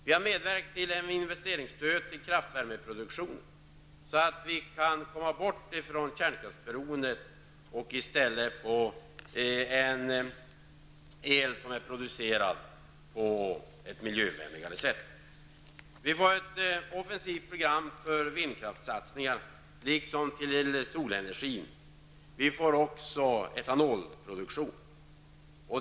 Vi har medverkat till ett investeringsstöd till kraftvärmeproduktion, så att det går att komma bort från kärnkraftsberoendet och i stället få el producerad på ett miljövänligare sätt. Vi har ett offensivt program för vindkraftssatsningar liksom för solenergin. Vi får också etanolproduktion.